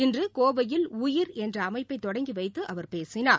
இன்றுகோவையில் உயிர் என்றஅமைப்பை தொடங்கிவைத்துஅவர் பேசினார்